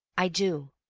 i do.